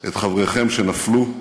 את חבריכם שנפלו,